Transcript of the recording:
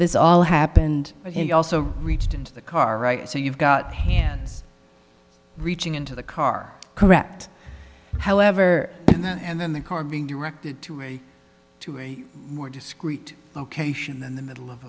this all happened but he also reached into the car right so you've got hands reaching into the car correct however and then the car being directed to a two or more discrete location in the middle of